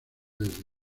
desde